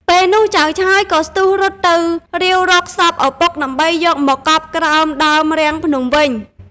ពេលនោះចៅឆើយក៏ស្ទុះរត់ទៅ រាវរកសពឪពុកដើម្បីយកមកកប់ក្រោមដើមរាំងភ្នំវិញ ។